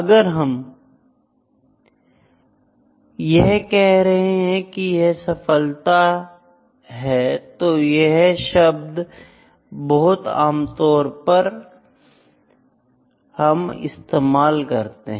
अगर हम यह कह रहे हैं की यह सफलता यह सफलता है तो यह शब्द बहुत आमतौर पर हम इस्तेमाल कर सकते हैं